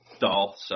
doll